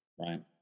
right